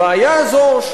הבעיה הזאת,